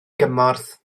gymorth